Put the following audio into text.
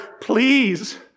please